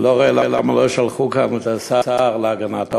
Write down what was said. אני לא מבין למה לא שלחו לכאן את השר להגנת העורף,